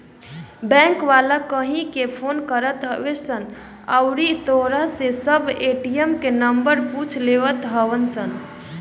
bank वाला कहिके phone करत हवे सन अउरी तोहरा से सब ए.टी.एम के नंबर पूछ लेत हवन सन